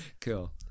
cool